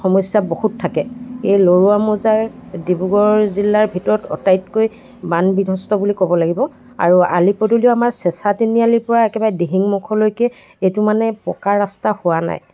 সমস্যা বহুত থাকে এই লৰুৱা মৌজাৰ ডিব্ৰগড় জিলাৰ ভিতৰত আটাইতকৈ বান বিধ্ৱস্ত বুলি ক'ব লাগিব আৰু আলি পদূলিও আমাৰ চেঁচা তিনিআলিৰ পৰা একেবাৰে দিহিংমুখলৈকে এইটো মানে পকা ৰাস্তা হোৱা নাই